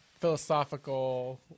philosophical